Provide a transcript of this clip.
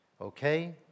okay